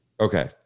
okay